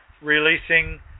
releasing